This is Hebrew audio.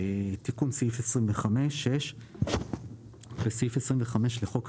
"תיקון סעיף 256. בסעיף 25 לחוק היסוד,